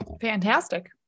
Fantastic